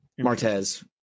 Martez